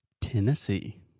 Tennessee